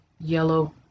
yellow